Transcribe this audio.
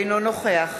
אינו נוכח